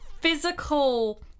physical